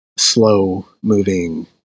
slow-moving